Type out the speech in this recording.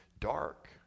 dark